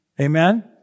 Amen